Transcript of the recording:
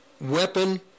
weapon